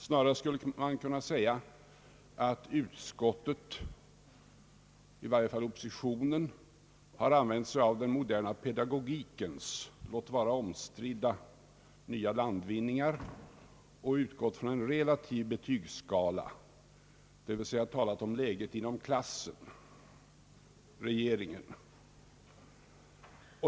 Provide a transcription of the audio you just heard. Snarast skulle man kunna säga att ut skottet — i varje fall oppositionen — har använt sig av den moderna pedagogikens — låt vara omstridda — nya landvinningar och utgått från en relativ betygsskala, d. v. s. talat om läget inom klassen-regeringen.